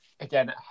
Again